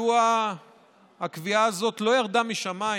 להווי ידוע שהקביעה הזאת לא ירדה משמיים,